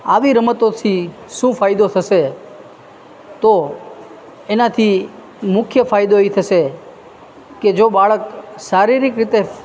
આવી રમતો છે શું ફાયદો થશે તો એનાથી મુખ્ય ફાયદો એ થશે કે જો બાળક શારીરિક રીતે